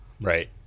right